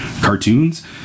cartoons